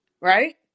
right